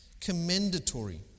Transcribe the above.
commendatory